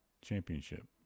Championship